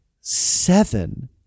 seven